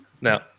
Now